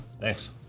Thanks